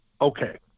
okay